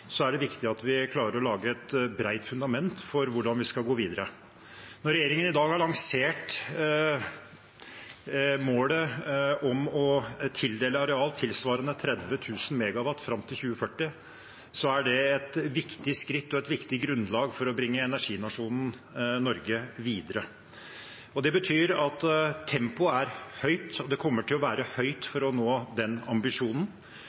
det er viktig at vi klarer å lage et bredt fundament for hvordan vi skal gå videre. Når regjeringen i dag har lansert målet om å tildele areal tilsvarende 30 000 MW fram til 2040, er det et viktig skritt og et viktig grunnlag for å bringe energinasjonen Norge videre. Det betyr at tempoet er høyt, og det kommer til å være høyt for å nå den ambisjonen.